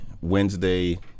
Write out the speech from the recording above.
Wednesday